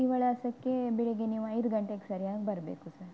ಈ ವಿಳಾಸಕ್ಕೆ ಬೆಳಗ್ಗೆ ನೀವು ಐದು ಗಂಟೆಗೆ ಸರಿಯಾಗಿ ಬರಬೇಕು ಸರ್